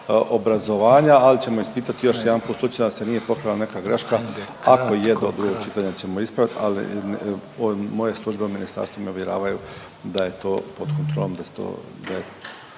obrazovanja, ali ćemo ispitat još jedanput slučajno da se nije potkrala neka graška, ako je do drugog čitanja ćemo ispravit, ali moje službeno ministarstvo me uvjeravaju da je to pod kontrolom,